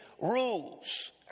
rules